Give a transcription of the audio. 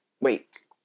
Wait